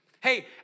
Hey